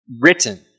written